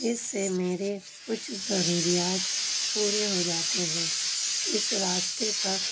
جس سے میرے کچھ ضروریات پورے ہو جاتے ہیں اس راستے پر